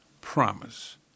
promise